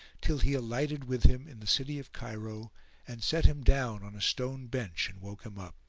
till he alighted with him in the city of cairo and set him down on a stone bench and woke him up.